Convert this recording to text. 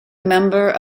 member